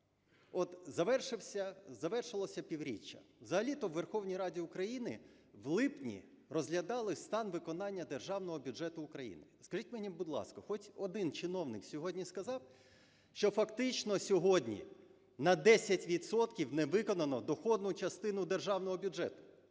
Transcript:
От, завершилось півріччя. Взагалі-то у Верховній Раді України в липні розглядали стан виконання Державного бюджету України. Скажіть мені, будь ласка, хоч один чиновник сьогодні сказав, що фактично сьогодні на 10 відсотків не виконано доходну частину державного бюджету?